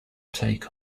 take